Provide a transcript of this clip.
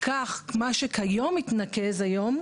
כך מה שכיום יתנקז היום,